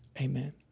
Amen